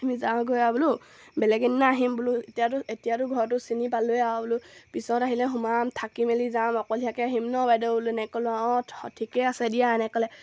আমি যাওঁগৈ আৰু বোলো বেলেগ এদিনা আহিম বোলো এতিয়াতো এতিয়াতো ঘৰটো চিনি পালোঁ আৰু বোলো পিছত আহিলে সোমাম থাকি মেলি যাম অকলশৰীয়াকৈ আহিম নহ্ বাইদেউ বোলো এনেকৈ ক'লোঁ অঁ ঠিকে আছে দিয়া এনেকৈ ক'লে